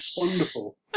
wonderful